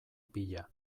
pila